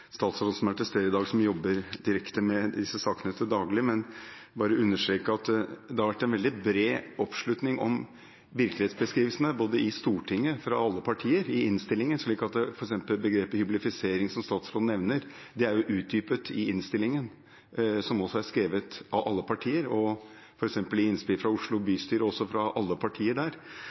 har vært en veldig bred oppslutning om virkelighetsbeskrivelsene, både i Stortinget, fra alle partier – begrepet «hyblifisering», som statsråden nevner, er utdypet i innstillingen, som er skrevet av alle partier – og i innspill fra Oslo bystyre, også fra alle partier der.